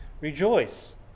Rejoice